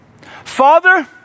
Father